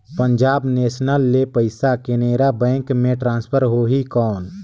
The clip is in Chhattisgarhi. पंजाब नेशनल ले पइसा केनेरा बैंक मे ट्रांसफर होहि कौन?